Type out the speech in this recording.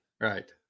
right